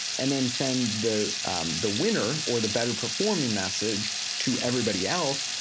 and then send the the winner, or the better performing message to everybody else,